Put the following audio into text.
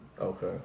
okay